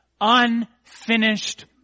unfinished